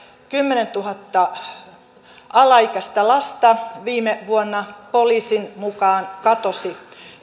kymmenentuhatta alaikäistä lasta viime vuonna poliisin mukaan katosi